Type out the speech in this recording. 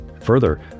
Further